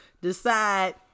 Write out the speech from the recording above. decide